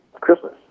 christmas